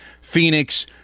Phoenix